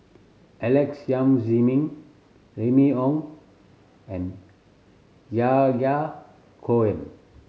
Alex Yam Ziming Remy Ong and Yahya Cohen